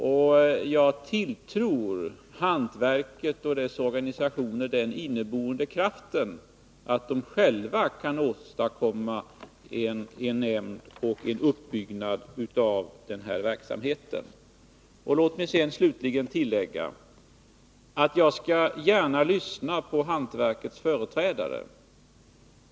Och jag tilltror hantverket och dess organisationer om att ha den inneboende kraften att de själva kan åstadkomma en nämnd och en uppbyggnad av den här verksamheten. Låt mig sedan slutligen tillägga: Jag skall gärna lyssna på hantverkets företrädare.